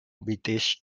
british